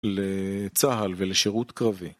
לצה״ל ולשירות קרבי